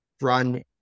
run